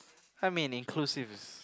I mean inclusive is